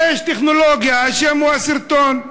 יש טכנולוגיה ששמה הסרטון.